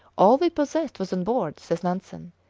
all we possessed was on board, says nansen,